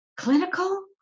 clinical